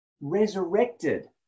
resurrected